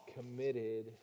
Committed